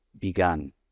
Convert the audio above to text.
begun